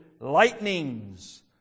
lightnings